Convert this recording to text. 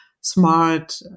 smart